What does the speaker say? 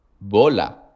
Bola